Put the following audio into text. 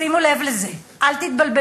שימו לב לזה, אל תתבלבלו,